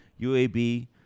UAB